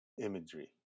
imagery